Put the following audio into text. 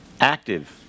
active